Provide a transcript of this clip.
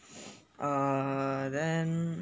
err then